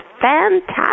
fantastic